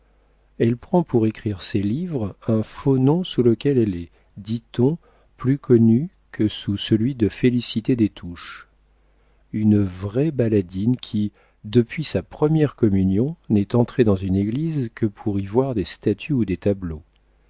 elle prend pour écrire ses livres un faux nom sous lequel elle est dit-on plus connue que sous celui de félicité des touches une vraie baladine qui depuis sa première communion n'est entrée dans une église que pour y voir des statues ou des tableaux